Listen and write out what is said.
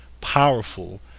powerful